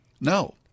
no